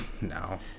No